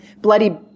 bloody